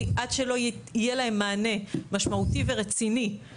עד שלא יהיה להן מענה משמעותי ורציני,